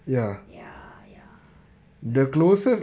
ya ya that's why lah